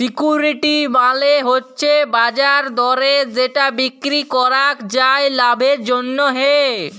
security মালে হচ্যে বাজার দরে যেটা বিক্রি করাক যায় লাভের জন্যহে